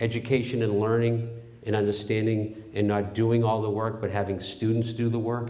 education and learning and understanding and not doing all the work but having students do the work